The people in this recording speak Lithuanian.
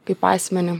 kaip asmenį